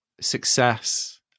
success